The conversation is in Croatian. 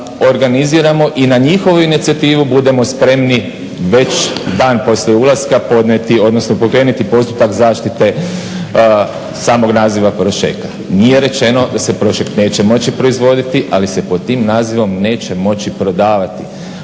organiziramo i na njihovu inicijativu budemo spremni već dan poslije ulaska podnijeti odnosno pokrenuti postupak zaštite samog naziva Prošeka. Nije rečeno da se Prošek neće moći proizvoditi ali se pod tim nazivom neće moći prodavati.